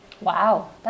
Wow